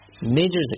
major